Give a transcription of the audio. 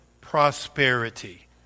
prosperity